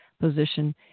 position